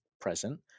present